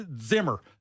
Zimmer